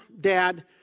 Dad